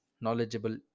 knowledgeable